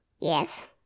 Yes